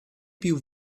più